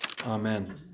Amen